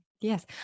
Yes